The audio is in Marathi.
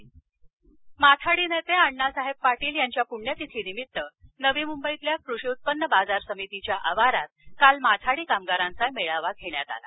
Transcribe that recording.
माथाडी माथाडी नेते अण्णासाहेब पाटील यांच्या पुण्यतिथीनिमित्त नवी मुंबईतल्या कृषी उत्पन्न बाजार समितीच्या आवारात काल माथाडी कामगारांचा मेळावा घेण्यात आला